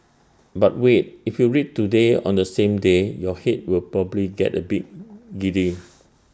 but wait if you read today on the same day your Head will probably get A bit giddy